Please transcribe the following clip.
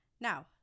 Now